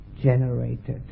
generated